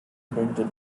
printed